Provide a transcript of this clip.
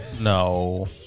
no